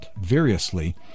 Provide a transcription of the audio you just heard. variously